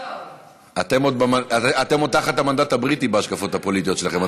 אתם עוד תחת המנדט הבריטי בהשקפות הפוליטיות שלכם.